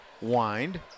wind